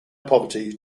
poverty